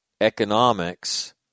economics